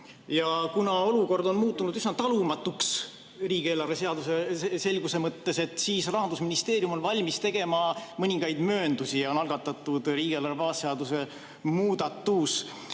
Kuna olukord on muutunud üsna talumatuks riigieelarve seaduse selguse mõttes, siis Rahandusministeerium on valmis tegema mõningaid mööndusi ja on algatatud riigieelarve baasseaduse muudatus.